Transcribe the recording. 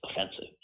offensive